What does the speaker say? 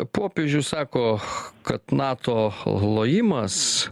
popiežius sako kad nato lojimas